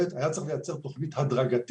היה צריך לייצר תוכנית הדרגתית.